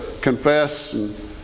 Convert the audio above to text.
confess